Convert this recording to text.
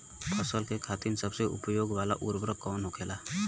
फसल के खातिन सबसे उपयोग वाला उर्वरक कवन होखेला?